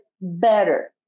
better